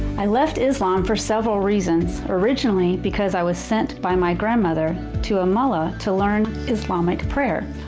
i left islam for several reasons. originally because i was sent by my grandmother to a mullah to learn islamic prayer.